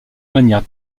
manière